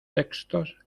textos